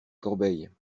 corbeille